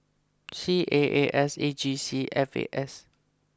C A A S A G C F A S